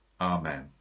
Amen